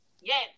Yes